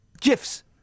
gifs